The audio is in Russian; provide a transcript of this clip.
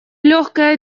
легкое